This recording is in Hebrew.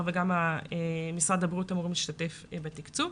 וגם משרד הבריאות אמורים להשתתף בתקצוב.